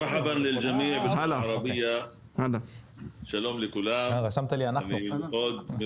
מרחבא, שלום לכולם, נעים מאוד.